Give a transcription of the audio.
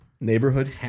neighborhood